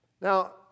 Now